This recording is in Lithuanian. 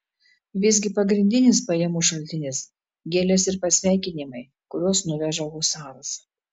visgi pagrindinis pajamų šaltinis gėlės ir pasveikinimai kuriuos nuveža husaras